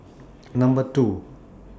Number two